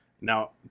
Now